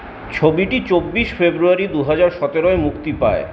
ছবিটি চব্বিশ ফেব্রুয়ারী দু হাজার সতেরো এ মুক্তি পায়